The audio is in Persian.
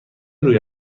روی